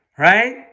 Right